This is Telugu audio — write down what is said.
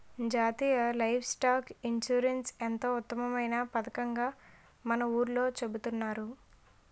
జాతీయ లైవ్ స్టాక్ ఇన్సూరెన్స్ ఎంతో ఉత్తమమైన పదకంగా మన ఊర్లో చెబుతున్నారు